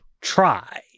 try